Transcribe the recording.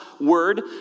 Word